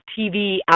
TV